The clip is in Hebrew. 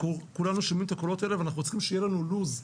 כולנו שומעים את הקולות האלה ואנחנו צריכים שיהיה לוח זמנים,